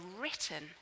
written